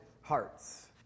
hearts